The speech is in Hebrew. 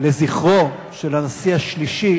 לזכרו של הנשיא השלישי